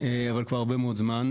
כבר הרבה מאוד זמן,